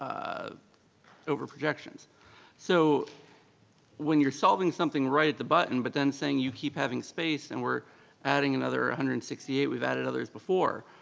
ah over projections so when you're solving something right at the button but then saying you keep having space and we're adding another one hundred and sixty eight, we've added others before.